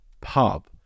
pub